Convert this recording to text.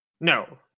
No